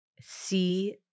see